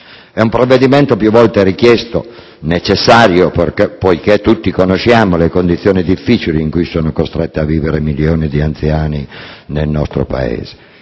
È un provvedimento più volte richiesto e necessario, poiché tutti conosciamo le condizioni difficili in cui sono costretti a vivere milioni di anziani nel nostro Paese;